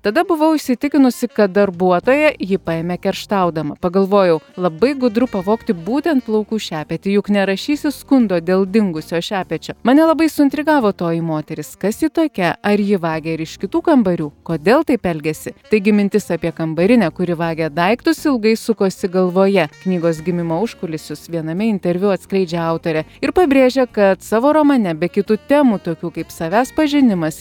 tada buvau įsitikinusi kad darbuotoja jį paėmė kerštaudama pagalvojau labai gudru pavogti būtent plaukų šepetį juk nerašysi skundo dėl dingusio šepečio mane labai suintrigavo toji moteris kas ji tokia ar ji vagia ir iš kitų kambarių kodėl taip elgiasi taigi mintis apie kambarinę kuri vagia daiktus ilgai sukosi galvoje knygos gimimo užkulisius viename interviu atskleidžia autorė ir pabrėžia kad savo romane be kitų temų tokių kaip savęs pažinimas